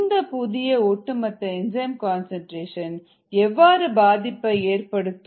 இந்த புதிய ஒட்டுமொத்த என்சைம் கன்சன்ட்ரேஷன் எவ்வாறு பாதிப்பை ஏற்படுத்தும்